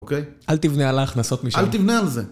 אוקיי? אל תבנה על ההכנסות משם. אל תבנה על זה.